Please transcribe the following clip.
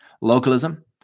localism